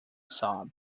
sob